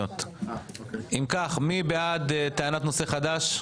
אם כך, מי בעד טענת נושא חדש?